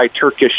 Turkish